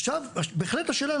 עכשיו בהחלט השאלה,